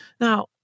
Now